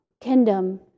kingdom